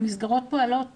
המסגרות פועלות